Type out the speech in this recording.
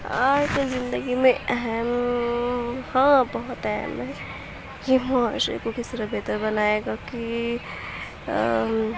art زندگی میں اہم ہاں بہت اہم ہے یہ معاشرے کو کس طرح بہتر بنائے گا کہ